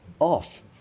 Off